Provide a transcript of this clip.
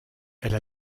elle